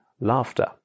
laughter